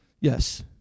Yes